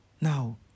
Now